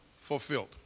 fulfilled